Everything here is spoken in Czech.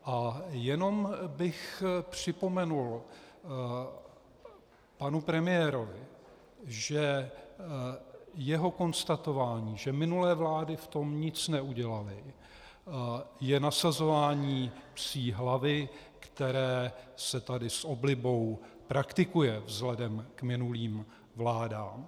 A jenom bych připomenul panu premiérovi, že jeho konstatování, že minulé vlády v tom nic neudělaly, je nasazování psí hlavy, které se tady s oblibou praktikuje vzhledem k minulým vládám.